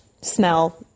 smell